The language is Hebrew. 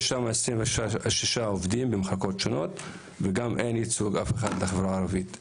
יש שם 26 עובדים במחלקות שונות וגם שם אין ייצוג לחברה הערבית.